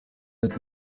ati